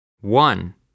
One